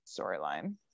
storyline